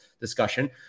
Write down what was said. discussion